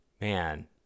man